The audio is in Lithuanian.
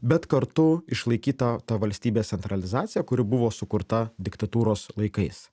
bet kartu išlaikyta ta valstybės centralizacija kuri buvo sukurta diktatūros laikais